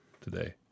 today